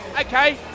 Okay